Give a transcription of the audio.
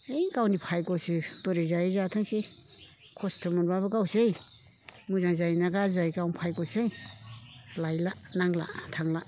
है गावनि भायग'सै बोरै जायो जाथोंसै खस्थ' मोनबाबो गावसै मोजां जायोना गाज्रि जायो गावनि भायग'सै लायला नांला थांला